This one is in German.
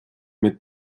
mit